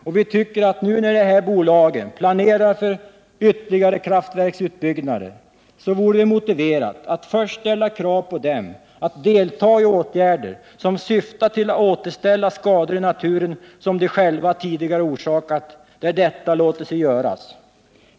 Och vi tycker att nu, när de här bolagen planerar för ytterligare kraftverksutbyggnader, vore det motiverat att först ställa krav på dem att delta i åtgärder som syftar till att återställa skador i naturen, som de själva tidigare orsakat, där detta låter sig göras.